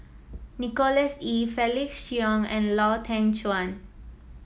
Nicholas Ee Felix Cheong and Lau Teng Chuan